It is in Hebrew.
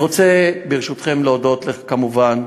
אני רוצה, ברשותכם, להודות כמובן